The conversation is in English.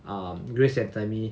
um grace's anatomy